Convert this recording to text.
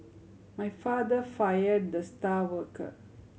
my father fire the star worker